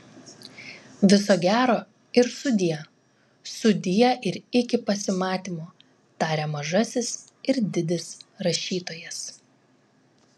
viso gero ir sudie sudie ir iki pasimatymo taria mažasis ir didis rašytojas